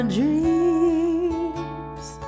dreams